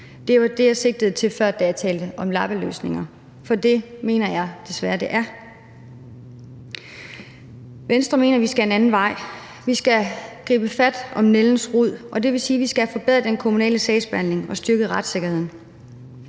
Det var det, jeg sigtede til før, da jeg talte om lappeløsninger, for det mener jeg desværre det er. Venstre mener, vi skal en anden vej. Vi skal gribe fat om nældens rod, og det vil sige, at vi skal have forbedret den kommunale sagsbehandling og styrket retssikkerheden.